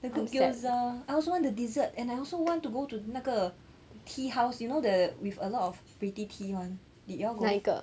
the good gyoza I also want the dessert and I also want to go to 那个 tea house you know the with a lot of pretty tea [one]